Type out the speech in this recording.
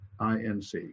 INC